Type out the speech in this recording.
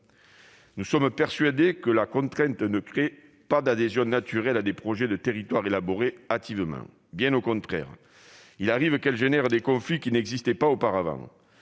Nous sommes persuadés que la contrainte ne crée pas d'adhésion naturelle à des projets de territoire élaborés hâtivement. Bien au contraire, il arrive qu'elle provoque des conflits qui n'existaient pas auparavant.